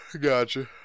Gotcha